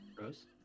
Rose